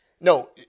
No